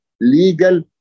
legal